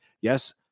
Yes